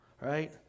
right